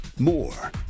More